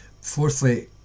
Fourthly